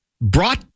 brought